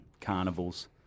carnivals